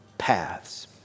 Paths